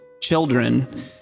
children